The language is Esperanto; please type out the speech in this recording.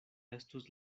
estus